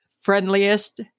friendliest